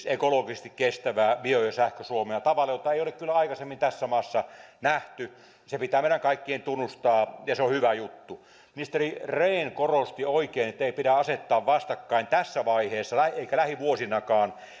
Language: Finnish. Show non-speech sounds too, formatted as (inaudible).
(unintelligible) ekologisesti kestävää bio ja sähkö suomea tavalla jota ei ole kyllä aikaisemmin tässä maassa nähty se pitää meidän kaikkien tunnustaa ja se on hyvä juttu ministeri rehn korosti oikein että ei pidä asettaa vastakkain tässä vaiheessa eikä lähivuosinakaan